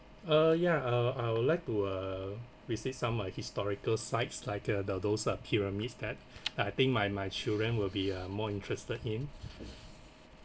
uh yeah uh I would like to uh visit some uh historical sites like uh the those the pyramids that I think my my children will be uh more interested in